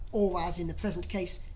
or, as in the present case,